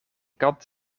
kat